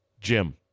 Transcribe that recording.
Jim